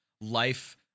life